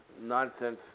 nonsense